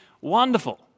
wonderful